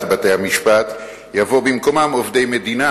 בתי-המשפט יבוא במקומם עובדי מדינה,